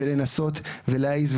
לנסות ולהעיז,